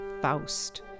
Faust